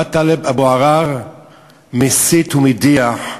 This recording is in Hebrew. מה טלב אבו עראר מסית ומדיח,